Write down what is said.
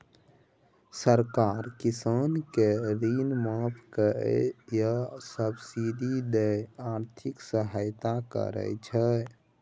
सरकार किसान केँ ऋण माफ कए या सब्सिडी दए आर्थिक सहायता करै छै